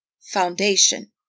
foundation